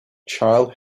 child